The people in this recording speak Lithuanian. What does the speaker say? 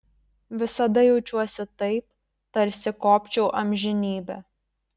visada jaučiuosi taip tarsi kopčiau amžinybę